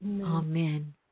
Amen